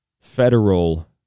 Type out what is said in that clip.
federal